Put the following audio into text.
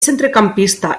centrecampista